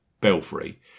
Belfry